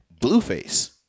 Blueface